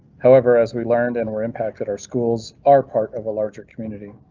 however, as we learned and were impacted, our schools are part of a larger community.